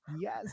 yes